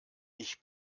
ich